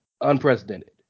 unprecedented